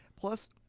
plus